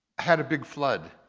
had a big flood.